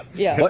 yeah.